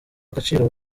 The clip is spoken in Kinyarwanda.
agaciro